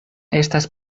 estas